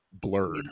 blurred